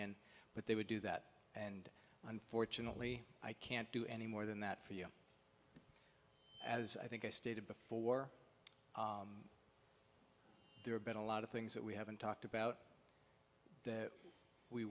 in but they would do that and unfortunately i can't do any more than that for you as i think i stated before there have been a lot of things that we haven't talked about that we